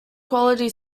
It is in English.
quality